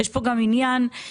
יש כאן גם עניין כלכלי.